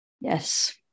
Yes